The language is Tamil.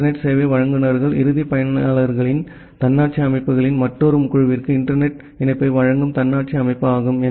இன்டர்நெட் சேவை வழங்குநர்கள் இறுதி பயனர்களின் தன்னாட்சி அமைப்புகளின் மற்றொரு குழுவிற்கு இன்டர்நெட் இணைப்பை வழங்கும் தன்னாட்சி அமைப்பு ஆகும்